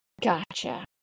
Gotcha